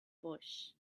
bush